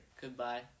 Goodbye